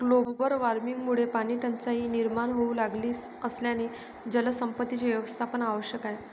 global वॉर्मिंगमुळे पाणीटंचाई निर्माण होऊ लागली असल्याने जलसंपत्तीचे व्यवस्थापन आवश्यक आहे